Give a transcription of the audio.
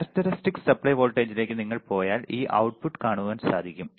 Characteristics supply വോൾട്ടേജിലേക്ക് നിങ്ങൾ പോയാൽ ഈ output കാണുവാൻ സാധിക്കും